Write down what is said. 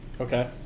Okay